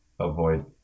Avoid